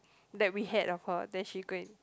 that we had of her then she go and